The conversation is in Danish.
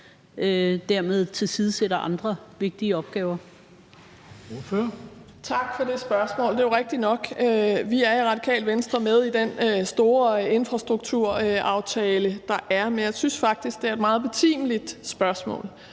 og dermed tilsidesætter andre vigtige opgaver.